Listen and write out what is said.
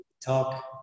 talk